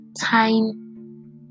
time